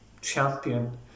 champion